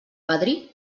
padrí